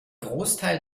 großteil